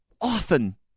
often